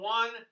one